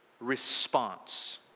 response